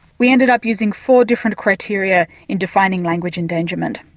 we ended up using four different criteria in defining language endangerment.